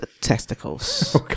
testicles